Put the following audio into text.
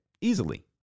Easily